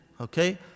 Okay